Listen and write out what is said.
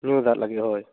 ᱧᱩ ᱫᱟᱜ ᱞᱟᱹᱜᱤᱫ ᱦᱳᱭ